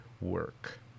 work